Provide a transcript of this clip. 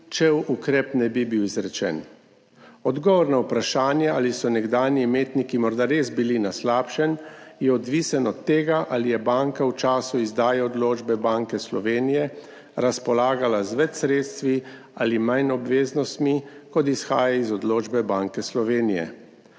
če ukrep ne bi bil izrečen. Odgovor na vprašanje, ali so bili nekdanji imetniki morda res na slabšem, je odvisen od tega, ali je banka v času izdaje odločbe Banke Slovenije razpolagala z več sredstvi ali manj obveznostmi, kot izhaja iz odločbe Banke Slovenije.